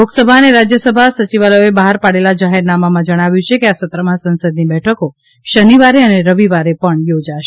લોકસભા અને રાજ્યસભા સચિવાલયોએ બહાર પાડેલા જાહેરનામામાં જણાવ્યું છે કે આ સત્રમાં સંસદની બેઠકો શનિવારે અને રવિવારે પણ યોજાશે